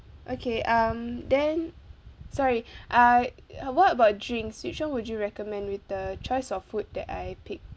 okay um then sorry uh what about drinks which [one] would you recommend with the choice of food that I picked